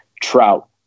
Trout